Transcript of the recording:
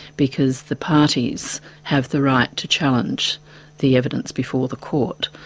because the parties have the right to challenge the evidence before the court.